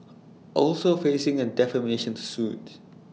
also facing A defamation suit